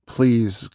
please